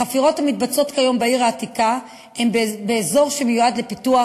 החפירות המתבצעות כיום בעיר העתיקה הן באזור שמיועד לפיתוח,